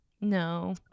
No